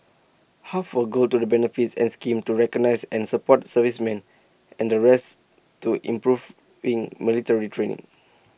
half will go to the benefits and schemes to recognise and support servicemen and the rest to improving military training